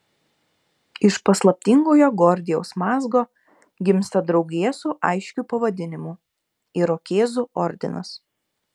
iš paslaptingojo gordijaus mazgo gimsta draugija su aiškiu pavadinimu irokėzų ordinas